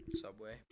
Subway